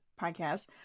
podcast